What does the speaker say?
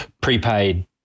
prepaid